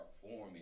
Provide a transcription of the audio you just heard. forming